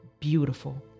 beautiful